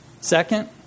Second